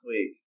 week